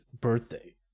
birthday